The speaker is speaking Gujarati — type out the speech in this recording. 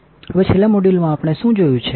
હવે છેલ્લા મોડ્યુલમાં આપણે શું જોયું છે